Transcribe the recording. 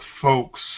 folks